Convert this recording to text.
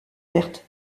perte